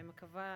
אני מקווה